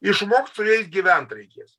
išmokt su jais gyvent reikės